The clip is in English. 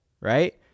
right